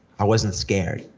i wasn't scared.